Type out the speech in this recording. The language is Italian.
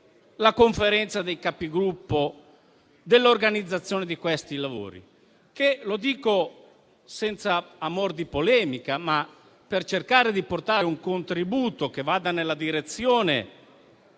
la Conferenza dei Capigruppo dell'organizzazione di questi lavori. Infatti, e lo dico senza amor di polemica, ma per cercare di portare un contributo che vada nella direzione